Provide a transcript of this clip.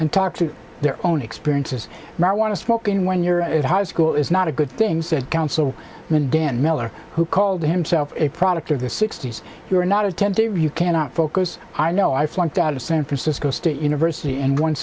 and talked to their own experiences marijuana smoking when you're at high school is not a good thing said council and dan miller who called himself a product of the sixty's you're not attentive you cannot focus i know i flunked out of san francisco state university and one